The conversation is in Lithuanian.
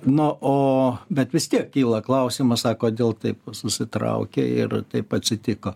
no o bet vis tiek kyla klausimas a kodėl taip susitraukė ir taip atsitiko